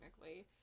technically